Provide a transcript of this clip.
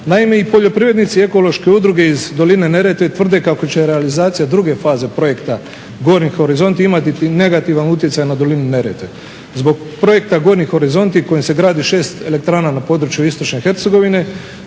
Naime, i poljoprivrednici i ekološke udruge iz doline Neretve tvrde kako će realizacija druge faze projekta gornji horizonti imati negativan utjecaj na dolinu Neretve. Zbog projekta "Gornji horizonti" kojim se gradi šest elektrana na području istočne Hercegovine